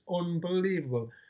unbelievable